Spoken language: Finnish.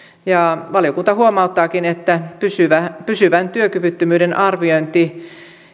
valiokunta huomauttaakin että pysyvän työkyvyttömyyden arviointi